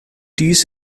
dies